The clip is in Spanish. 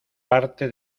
parte